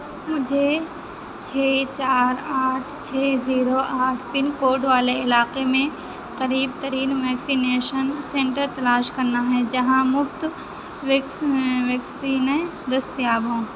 مجھے چھ چار آٹھ چھ زیرو آٹھ پن کوڈ والے علاقے میں قریب ترین ویکسینیشن سنٹر تلاش کرنا ہے جہاں مفت ویکسینیں ویکسینیں دستیاب ہوں